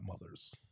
mothers